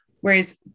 Whereas